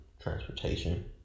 transportation